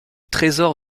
trésor